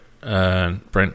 Brent